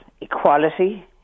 equality